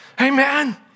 Amen